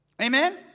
Amen